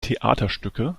theaterstücke